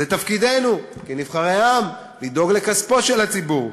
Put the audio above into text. זה תפקידנו כנבחרי העם לדאוג לכספו של הציבור.